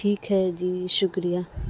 ٹھیک ہے جی شکریہ